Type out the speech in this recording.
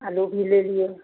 आलू भी ले लिए